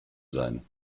sein